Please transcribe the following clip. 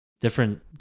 different